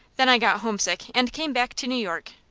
then i got homesick, and came back to new york.